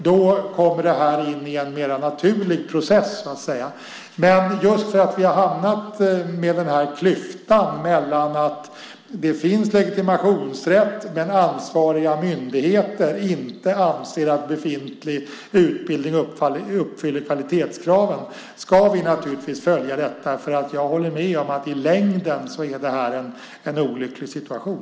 Då kommer detta in i en mer naturlig process. Just för att vi har hamnat i klyftan mellan att det finns legitimationsrätt och att ansvariga myndigheter inte anser att befintlig utbildning uppfyller kvalitetskraven ska vi naturligtvis följa detta, för jag håller med om att i längden blir det här en olycklig situation.